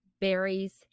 berries